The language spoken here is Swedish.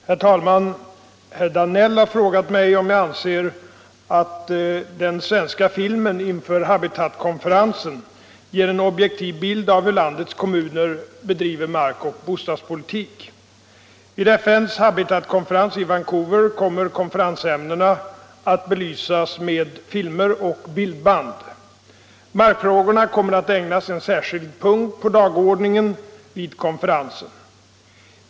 326, och anförde: Herr talman! Herr Danell har frågat mig om jag anser att den svenska filmen inför HABITAT-konferensen ger en objektiv bild av hur landets kommuner bedriver markoch bostadspolitik. Vid FN:s HABITAT-konferens i Vancouver kommer konferensämnena att belysas med filmer och bildband. Markfrågorna kommer att ägnas en särskild punkt på dagordningen vid konferensen.